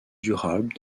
durable